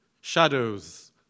shadows